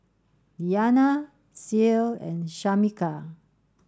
Liana Ceil and Shamika